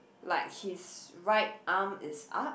like his right arm is up